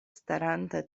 staranta